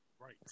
Right